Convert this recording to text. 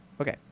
Okay